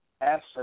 asset